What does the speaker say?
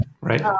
right